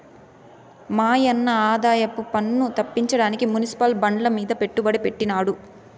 మాయన్న ఆదాయపన్ను తప్పించడానికి మునిసిపల్ బాండ్లమీద పెట్టుబడి పెట్టినాడు